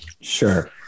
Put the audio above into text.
Sure